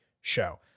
show